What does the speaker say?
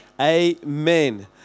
Amen